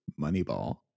*Moneyball*